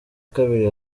kabiri